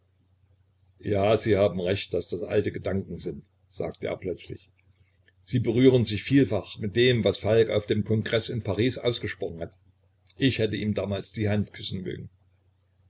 ja sie haben recht daß das alte gedanken sind sagte er plötzlich sie berühren sich vielfach mit dem was falk auf dem kongreß in paris ausgesprochen hat ich hätte ihm damals die hand küssen mögen